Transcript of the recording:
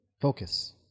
Focus